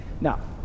Now